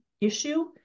issue